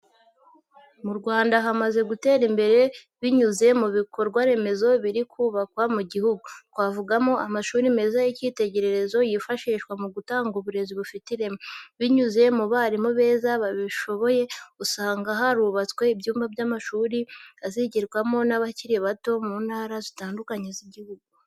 Mu Rwanda hamaze gutera imbere binyuze mu bikorwaremezo biri kubakwa mu gihugu, twavugamo amashuri meza y'ikitegererezo yifashishwa mu gutanga uburezi bufite ireme, binyuze mu barimu beza babishoboye, usanga harubatswe ibyumba by'amashuri azigirwamo n'abakiri bato mu ntara zitandukanye z'igihugu.